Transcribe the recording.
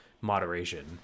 moderation